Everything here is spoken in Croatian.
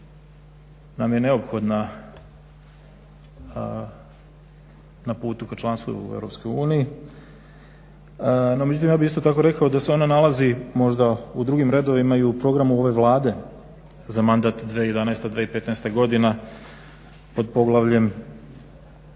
nam je neophodna na putu ka članstvu u EU. No međutim, ja bih isto tako rekao da se ona nalazi možda u drugim redovima i u programu ove Vlade za mandat 2011.-2015. godina pod poglavljem